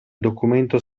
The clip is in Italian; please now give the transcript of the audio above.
documento